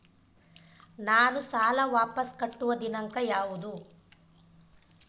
ನಾನು ಸಾಲ ವಾಪಸ್ ಕಟ್ಟುವ ದಿನಾಂಕ ಯಾವುದು?